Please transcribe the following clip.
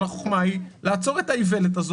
אבל החוכמה היא לעצור את האיוולת הזו